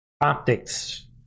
optics